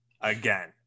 again